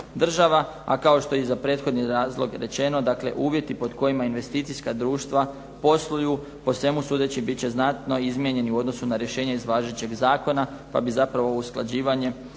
država. A kao što je i za prethodni razlog rečeno, dakle uvjeti pod kojima investicijska društva posluju po svemu sudeći bit će znatno izmijenjeni u odnosu na rješenja važećeg zakona, pa bi zapravo ovo usklađivanje